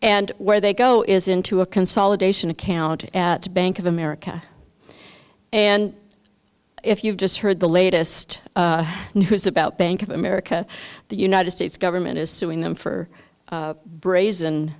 and where they go is into a consolidation account at bank of america and if you just heard the latest news about bank of america the united states government is suing them for brazen